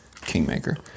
kingmaker